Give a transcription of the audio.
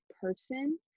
person